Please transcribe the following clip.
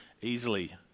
easily